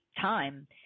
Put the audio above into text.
time